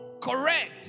correct